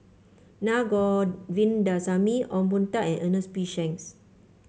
Na Govindasamy Ong Boon Tat and Ernest P Shanks